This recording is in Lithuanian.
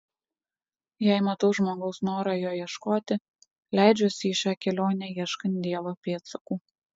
jei matau žmogaus norą jo ieškoti leidžiuosi į šią kelionę ieškant dievo pėdsakų